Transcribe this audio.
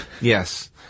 Yes